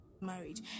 marriage